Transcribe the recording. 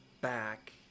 back